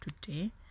today